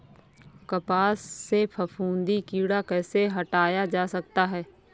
कपास से फफूंदी कीड़ा कैसे हटाया जा सकता है?